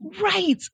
Right